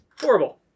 Horrible